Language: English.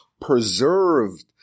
preserved